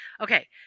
Okay